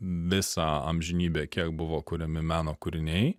visą amžinybę kiek buvo kuriami meno kūriniai